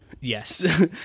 Yes